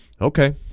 okay